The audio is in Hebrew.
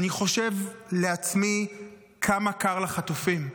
אני חושב לעצמי כמה קר לחטופים.